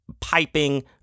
piping